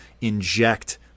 inject